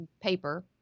paper